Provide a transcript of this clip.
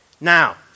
Now